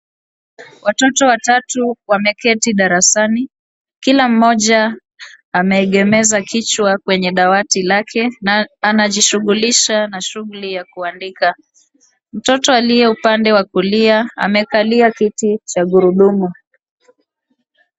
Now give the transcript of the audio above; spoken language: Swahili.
Watoto watatu wameketi darasani kila mmoja ameegemeza kichwa kwenye dawati lake na anajishughulisha na shughuli ya kuandika. Mtoto aliye upande wa kulia amekalia kiti cha gurudumu.